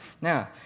Now